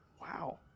Wow